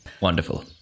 Wonderful